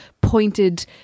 pointed